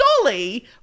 Dolly